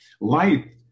Light